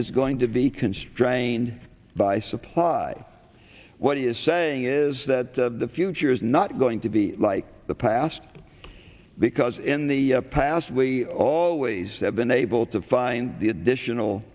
is going to be constrained by supply what he is saying is that the future is not going to be like the past because in the past we always have been able to find the additional